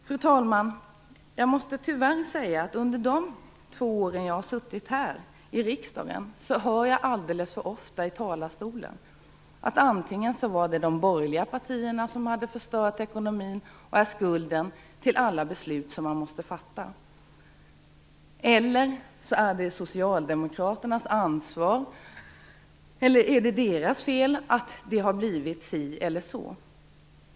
Fru talman! Jag måste tyvärr säga att under de två år jag har suttit här i riksdagen har jag alldeles för ofta hört från talarstolen antingen att det är de borgerliga partierna som förstört ekonomin och som är skuld till alla beslut som man måste fatta i dag eller att det är socialdemokraternas fel att det blivit si eller så.